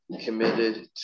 committed